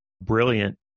brilliant